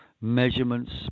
measurements